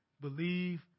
believe